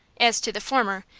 as to the former,